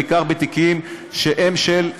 בעיקר בתיקים שהם של,